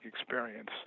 experience